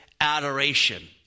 adoration